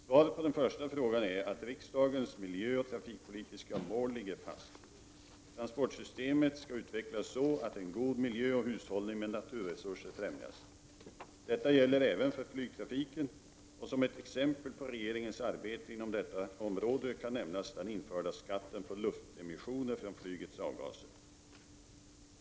Svaret på den första frågan är att riksdagens miljöoch trafikpolitiska mål ligger fast. Transportsystemet skall utvecklas så att en god miljö och hushållningen med naturresurser främjas. Detta gäller även för flygtrafiken, och som ett exempel på regeringens arbete inom detta område kan nämnas den införda skatten på luftemissioner från flygets avgaser.